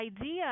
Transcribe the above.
idea